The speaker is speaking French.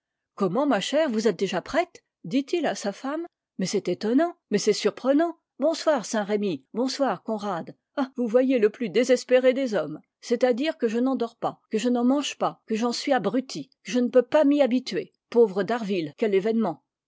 comment ma chère vous êtes déjà prête dit-il à sa femme mais c'est étonnant mais c'est surprenant bonsoir saint-remy bonsoir conrad ah vous voyez le plus désespéré des hommes c'est-à-dire que je n'en dors pas que je n'en mange pas que j'en suis abruti je ne peux pas m'y habituer pauvre d'harville quel événement